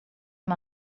amb